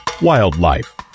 Wildlife